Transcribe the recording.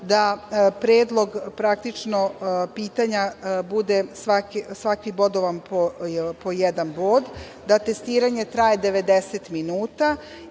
da predlog pitanja bude svaki bodovan po jedan bod, da testiranje traje 90 minuta. Imali